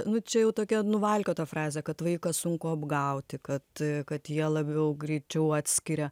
nu čia jau tokia nuvalkiota frazė kad vaiką sunku apgauti kad kad jie labiau greičiau atskiria